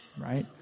right